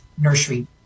nursery